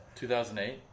2008